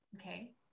okay